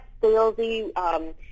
salesy